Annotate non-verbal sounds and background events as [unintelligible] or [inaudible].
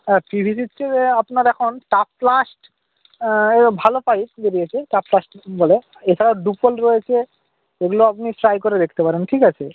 আর [unintelligible] আপনার এখন টাপলাস্ট [unintelligible] ভালো পাইপ বেড়িয়েছে টাপলাস্ট বলে এছাড়াও [unintelligible] রয়েছে ওগুলো আপনি ট্রাই করে দেখতে পারেন ঠিক আছে